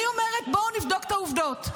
אני אומרת, בואו נבדוק את העובדות.